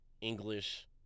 english